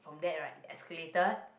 from that right escalator